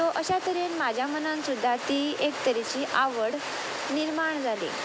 so अश्या तरेन म्हाज्या मनान सुद्दां ती एक तरेची आवड निर्माण जाली